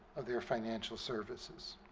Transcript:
of their financial services.